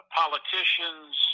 politicians